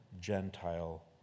Gentile